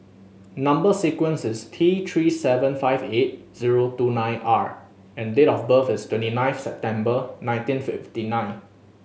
number sequence is T Three seven five eight zero two nine R and date of birth is twenty nine September nineteen fifty nine